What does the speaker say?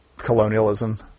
colonialism